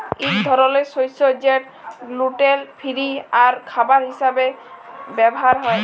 ইক ধরলের শস্য যেট গ্লুটেল ফিরি আর খাবার হিসাবে ব্যাভার হ্যয়